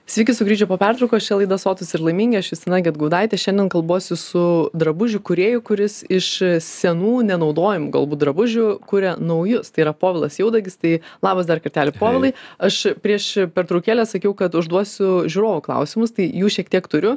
sveiki sugrįžę po pertraukos čia laida sotūs ir laimingi aš justina gedgaudaitė šiandien kalbuosi su drabužių kūrėju kuris iš senų nenaudojamų galbūt drabužių kuria naujus tai yra polas jaudagis tai labas dar kartelį povilai aš prieš pertraukėlę sakiau kad užduosiu žiūrovų klausimus tai jų šiek tiek turiu